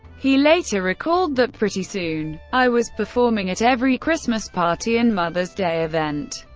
he later recalled that, pretty soon, i was performing at every christmas party and mother's day event.